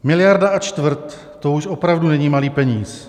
Miliarda a čtvrt, to už opravdu není malý peníz.